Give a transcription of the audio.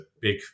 big